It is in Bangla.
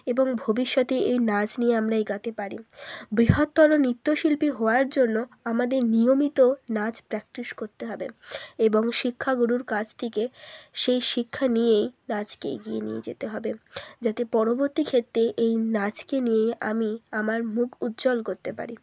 এবং ভবিষ্যতে এই নাচ নিয়ে আমরা এগোতে পারি বৃহত্তর নৃত্য শিল্পী হওয়ার জন্য আমাদের নিয়মিত নাচ প্র্যাকটিস করতে হবে এবং শিক্ষাগুরুর কাছ থেকে সেই শিক্ষা নিয়েই নাচকে এগিয়ে নিয়ে যেতে হবে যাতে পরবর্তী ক্ষেত্রে এই নাচকে নিয়ে আমি আমার মুখ উজ্জ্বল করতে পারি